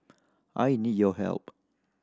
I need your help